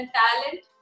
talent